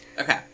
Okay